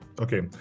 Okay